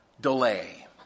delay